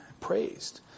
praised